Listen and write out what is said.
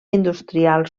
industrial